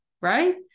right